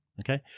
Okay